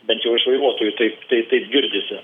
bet jau iš vairuotojų taip taip taip girdisi